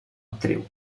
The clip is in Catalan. actriu